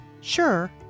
sure